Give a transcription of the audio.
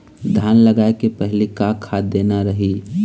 धान लगाय के पहली का खाद देना रही?